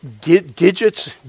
digits